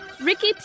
Ricky